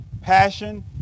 passion